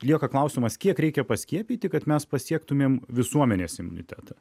lieka klausimas kiek reikia paskiepyti kad mes pasiektumėm visuomenės imunitetą